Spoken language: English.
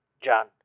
John